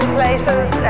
places